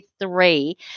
three